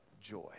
joy